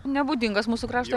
nebūdingas mūsų kraštui